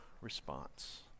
response